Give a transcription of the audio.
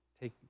take